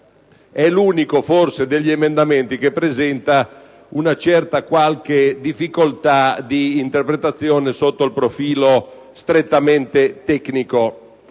Si tratta forse dell'unico emendamento che presenta una qualche difficoltà di interpretazione sotto il profilo strettamente tecnico.